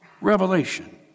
revelation